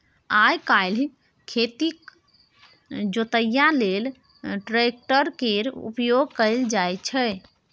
आइ काल्हि खेतक जोतइया लेल ट्रैक्टर केर प्रयोग कएल जाइ छै